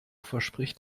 verspricht